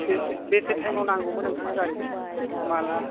बेसे बेसे टाइमाव नांगौमोन नोंथांनो गारिखौ माब्ला